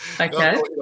Okay